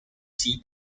tea